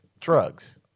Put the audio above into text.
drugs